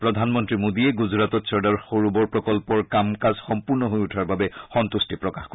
প্ৰধানমন্ত্ৰী মোডীয়ে গুজৰাটত চৰ্দাৰ সৰোবৰ প্ৰকল্পৰ কাম কাজ সম্পূৰ্ণ হৈ উঠাৰ বাবে সম্ভুষ্টি প্ৰকাশ কৰে